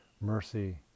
Mercy